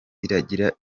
iragira